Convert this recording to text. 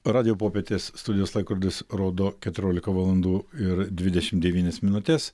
radijo popietės studijos laikrodis rodo keturiolika valandų ir dvidešimt devynias minutes